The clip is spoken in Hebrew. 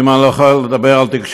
אם אני לא יכול לדבר על תקשורת,